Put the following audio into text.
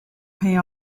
pay